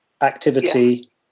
activity